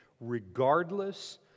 regardless